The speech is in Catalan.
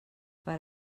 per